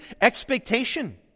expectation